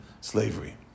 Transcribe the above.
slavery